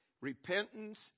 Repentance